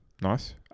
Nice